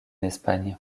espagne